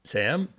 Sam